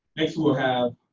next we'll have